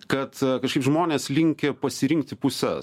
kad kažkaip žmonės linkę pasirinkti puses